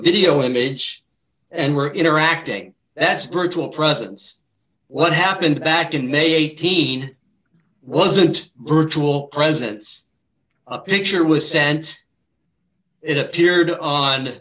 video image and were interacting that's brutal presence what happened back in may eighteen wasn't ritual presents a picture was sent it appeared on